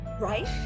right